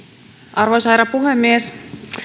arvoisa herra puhemies